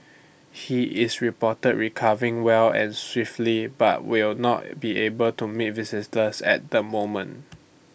he is reported recovering well and swiftly but will not be able to meet visitors at the moment